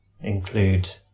include